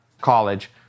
college